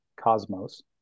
cosmos